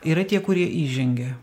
yra tie kurie įžengia